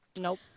Nope